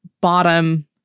bottom